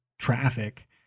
Traffic